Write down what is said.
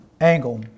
angle